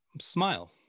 Smile